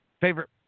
favorite